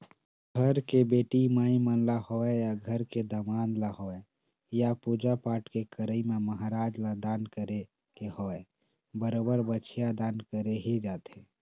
घर के बेटी माई मन ल होवय या घर के दमाद ल होवय या पूजा पाठ के करई म महराज ल दान करे के होवय बरोबर बछिया दान करे ही जाथे